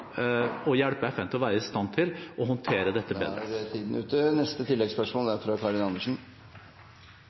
å hjelpe FN med å være i stand til å håndtere dette. Karin Andersen